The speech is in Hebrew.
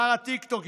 שר הטיקטוק,